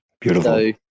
beautiful